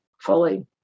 fully